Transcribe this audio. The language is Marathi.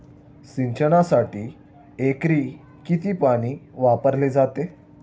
सिंचनासाठी एकरी किती पाणी वापरले जाते?